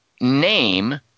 name –